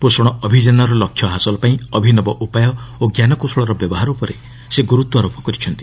ପୋଷଣ ଅଭିଯାନର ଲକ୍ଷ୍ୟ ହାସଲ ପାଇଁ ଅଭିନବ ଉପାୟ ଓ ଜ୍ଞାନକୌଶଳର ବ୍ୟବହାର ଉପରେ ସେ ଗୁରୁତ୍ୱାରୋପ କରିଛନ୍ତି